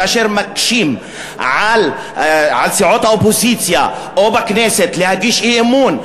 כאשר מקשים על האופוזיציה או בכנסת להגיש הצעות אי-אמון,